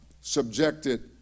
subjected